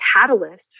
catalyst